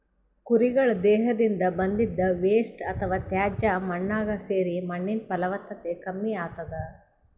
ಕುರಿಗಳ್ ದೇಹದಿಂದ್ ಬಂದಿದ್ದ್ ವೇಸ್ಟ್ ಅಥವಾ ತ್ಯಾಜ್ಯ ಮಣ್ಣಾಗ್ ಸೇರಿ ಮಣ್ಣಿನ್ ಫಲವತ್ತತೆ ಕಮ್ಮಿ ಆತದ್